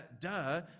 duh